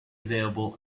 available